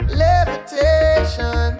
levitation